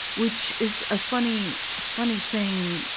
which is a funny, funny thing.